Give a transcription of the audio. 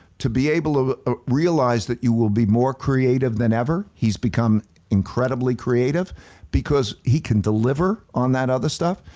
to be able to ah realize that you will be more creative than ever. he's become incredibly creative because he can deliver on that other stuff.